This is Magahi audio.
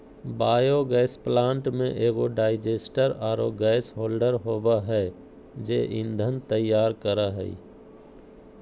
बायोगैस प्लांट में एगो डाइजेस्टर आरो गैस होल्डर होबा है जे ईंधन तैयार करा हइ